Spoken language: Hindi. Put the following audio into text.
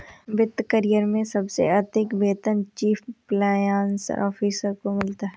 वित्त करियर में सबसे अधिक वेतन चीफ कंप्लायंस ऑफिसर को मिलता है